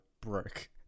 broke